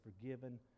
forgiven